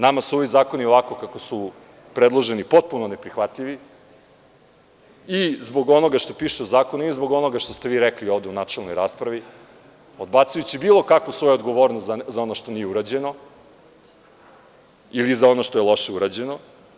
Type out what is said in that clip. Nama su ovi zakoni, ovako kako su predloženi, potpuno neprihvatljivi i zbog onoga što piše u zakonu i zbog onoga što ste vi rekli u načelnoj raspravi, odbacujući bilo kakvu svoju odgovornost za ono što nije urađeno ili za ono što je loše urađeno.